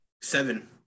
Seven